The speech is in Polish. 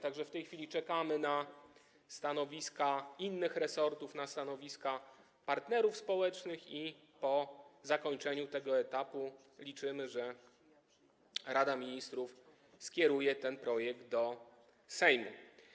Tak że w tej chwili czekamy na stanowiska innych resortów, na stanowiska partnerów społecznych i liczymy, że po zakończeniu tego etapu Rada Ministrów skieruje ten projekt do Sejmu.